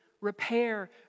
repair